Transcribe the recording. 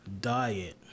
diet